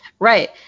Right